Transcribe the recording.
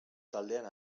taldean